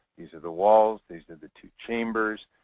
these are the walls, these are the two chambers.